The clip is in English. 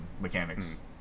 mechanics